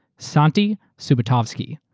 santi subotovsky.